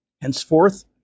Henceforth